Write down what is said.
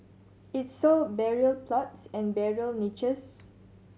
it sold burial plots and burial niches